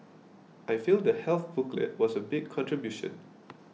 I feel the health booklet was a big contribution